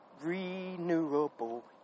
renewable